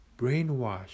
Brainwash